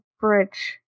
bridge